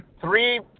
three